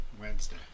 Wednesday